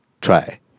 try